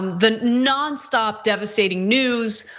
the non-stop devastating news,